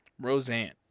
Roseanne